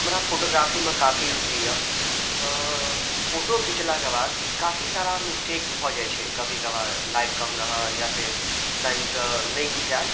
हमरा फोटोग्राफीमे काफी रूचि यऽ तऽ फोटो घिचला कऽ बाद काफी सारा मिस्टेक भऽ जाइत छै कभी कभार लाइट कम रहल या फेर साइज नहि घिचायल